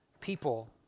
People